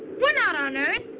we're not on earth.